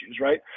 right